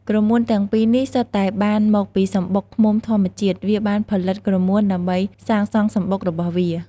ក្រមួនទាំងពីរនេះសុទ្ធតែបានមកពីសំបុកឃ្មុំធម្មជាតិ វាបានផលិតក្រមួនដើម្បីសាងសង់សំបុករបស់វា។